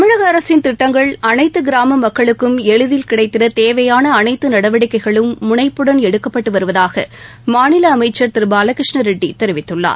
தமிழக அரசின் திட்டங்கள் அனைத்து கிராம மக்களுக்கும் எளிதில் கிடைத்திட தேவையான அனைத்து நடவடிக்கைகளும் முனைப்புடன் எடுக்கப்பட்டு வருவதாக அமைச்சர் திரு பாலகிருஷ்ணா ரெட்டி தெரிவித்துள்ளார்